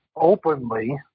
openly